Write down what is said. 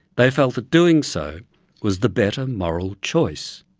they felt that doing so was the better moral choice.